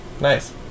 Nice